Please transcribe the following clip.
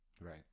Right